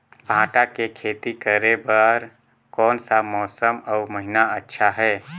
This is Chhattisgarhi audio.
भांटा के खेती करे बार कोन सा मौसम अउ महीना अच्छा हे?